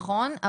נכון,